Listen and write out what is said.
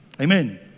Amen